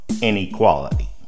inequality